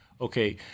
Okay